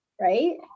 Right